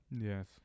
Yes